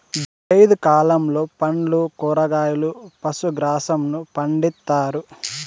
జైద్ కాలంలో పండ్లు, కూరగాయలు, పశు గ్రాసంను పండిత్తారు